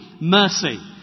mercy